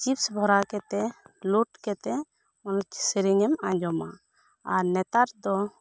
chips ᱵᱷᱚᱨᱟᱣ ᱠᱟᱛᱮ load ᱠᱟᱛᱮ ᱥᱮᱨᱮᱧ ᱮᱢ ᱟᱸᱡᱚᱢᱟ ᱟᱨ ᱱᱮᱛᱟᱨ ᱫᱚ